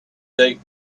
date